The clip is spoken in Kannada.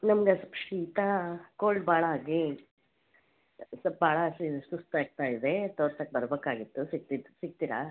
ನಮ್ಗೆ ಶೀತ ಕೋಲ್ಡ್ ಭಾಳ ಹಾಗೇ ಸ್ವಲ್ಪ ಭಾಳ ಸ್ ಇದು ಸುಸ್ತು ಆಗ್ತಾಯಿದೆ ತೋರ್ಸೋಕೆ ಬರ್ಬೇಕಾಗಿತ್ತು ಸಿಕ್ತಿತ್ತು ಸಿಗ್ತೀರಾ